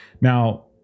now